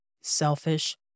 selfish